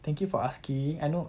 thank you for asking I know